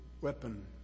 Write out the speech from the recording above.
weapon